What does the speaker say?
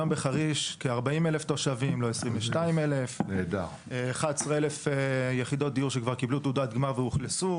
היום בחריש יש כ-40,000 תושבים ולא 22,000. 11,000 יחידות דיור שכבר קיבלו תעודת גמר ואוכלסו.